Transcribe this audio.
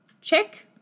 check